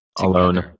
alone